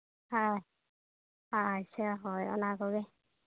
ᱦᱳᱭ ᱟᱪᱪᱷᱟ ᱦᱳᱭ ᱚᱱᱟ ᱠᱚᱜᱮ